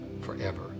forever